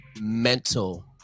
mental